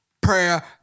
prayer